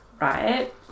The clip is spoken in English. Right